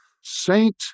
Saint